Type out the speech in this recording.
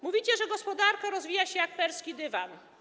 Mówicie, że gospodarka rozwija się jak perski dywan.